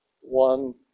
one